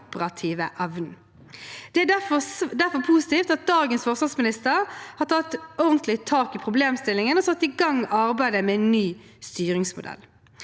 Det er derfor positivt at dagens forsvarsminister har tatt ordentlig tak i problemstillingen og satt i gang arbeidet med en ny styringsmodell.